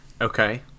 Okay